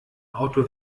auto